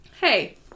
hey